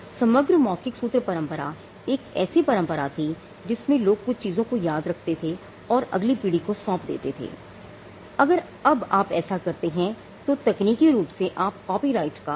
समग्र मौखिक सूत्र परंपरा एक ऐसी परंपरा थी जिसमें लोग कुछ चीजों को याद रखते थे और अगली पीढ़ी को सौंप देते थे अगर अब आप ऐसा करते हैं तो तकनीकी रूप से आप कॉपीराइट का उल्लंघन करते हैं